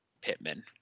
Pittman